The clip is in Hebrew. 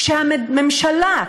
כשהממשלה,